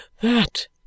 That